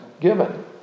given